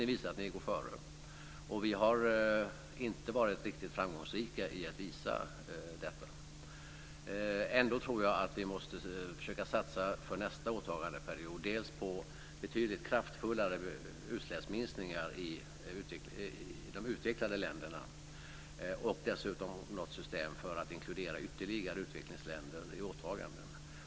Vi har i vissa länder inte varit riktigt framgångsrika när det gäller att visa detta. Ändå tror jag att vi måste försöka satsa för nästa åtagandeperiod dels på betydligt kraftfullare utsläppsminskningar i de utvecklade länderna, dels på något system för att inkludera ytterligare utvecklingsländer i åtagandena.